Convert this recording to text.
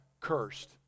cursed